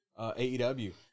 AEW